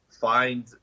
find